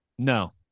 No